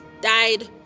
died